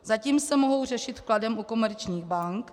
Zatím se mohou řešit vkladem u komerčních bank.